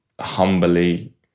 humbly